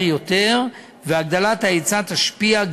בהצעת החוק אנחנו מבקשים להרחיב את הגדרת הרשות המוסמכת,